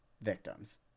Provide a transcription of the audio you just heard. victims